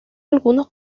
algunos